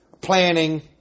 planning